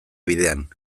bidean